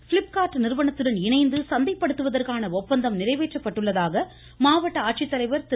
பிலிப்காாட் நிறுவனத்துடன் இணைந்து சந்தைப்படுத்துவதற்கான ஒப்பந்தம் நிறைவேற்றப்பட்டுள்ளதாக மாவட்ட திரு